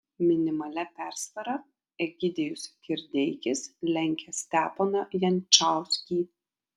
minimalia persvara egidijus kirdeikis lenkia steponą jančauskį